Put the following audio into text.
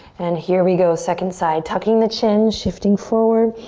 and here we go, second side. tucking the chin, shifting forward,